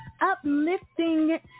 Uplifting